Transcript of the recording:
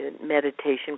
meditation